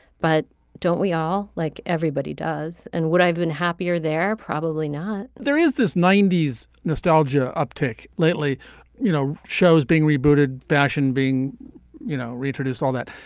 but don't we all like everybody does and what i've been happier there. probably not there is this ninety s nostalgia uptick lately you know shows being rebooted fashion being you know reproduced all that.